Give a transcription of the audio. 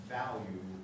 value